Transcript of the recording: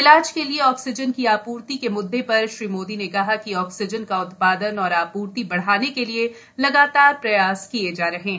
इलाज के लिए ऑक्सीजन की आपूर्ति के मुददे पर श्री मोदी ने कहा कि ऑक्सीजन का उत्पादन और आपूर्ति बढ़ाने के लिए लगातार प्रयास किए जा रहे हैं